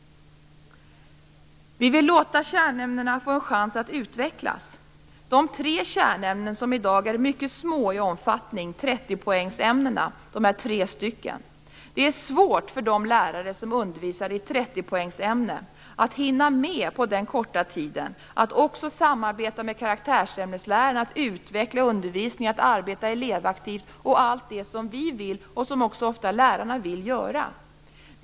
Vi vill låta kärnämnena få en chans att utvecklas. Det är tre kärnämnen som i dag är mycket små i omfattning, inom 30-poängsämnena. Det är svårt för de lärare som undervisar i 30-poängsämnena att hinna med att på den korta tiden också samarbeta med karaktärsämneslärarna, att utveckla undervisningen och att arbeta elevaktivt - allt det som vi vill och som också lärarna ofta vill göra.